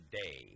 day